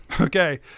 Okay